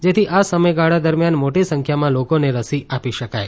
જેથી આ સમયગાળા દરમિયાન મોટી સંખ્યામાં લોકોને રસી આપી શકાય